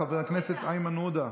חבר הכנסת איימן עודה,